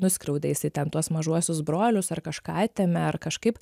nuskriaudė jisai ten tuos mažuosius brolius ar kažką atėmė ar kažkaip